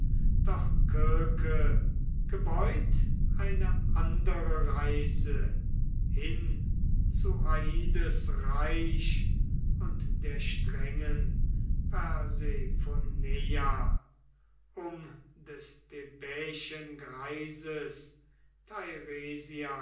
doch kirke gebeut eine andere reise hin zu aides reich und der strengen persephoneia um des thebaiischen greises